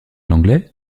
l’anglais